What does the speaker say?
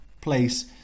place